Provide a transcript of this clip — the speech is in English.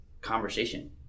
conversation